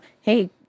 hey